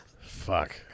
Fuck